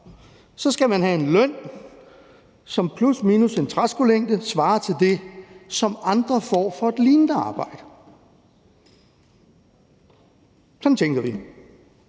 skal man have en løn, som plus/minus en træskolængde svarer til det, som andre får for et lignende arbejde. Sådan tænker vi.